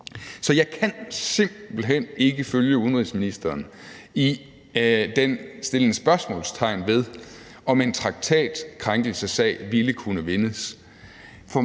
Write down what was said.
Så jeg kan simpelt hen ikke følge udenrigsministeren i det med at sætte spørgsmålstegn ved, om en traktatkrænkelsessag ville kunne vindes.